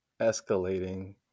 escalating